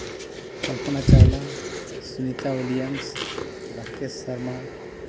Kalpana Chawla Sunita Williams Rakesh Sharma